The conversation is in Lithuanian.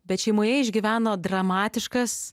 bet šeimoje išgyveno dramatiškas